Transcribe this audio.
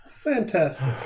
fantastic